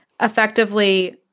effectively